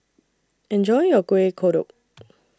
Enjoy your Kueh Kodok